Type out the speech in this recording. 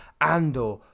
Andor